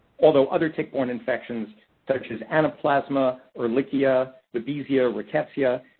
although other tick-borne infections, such as anaplasma, ehrlichia, babesia, rickettsia,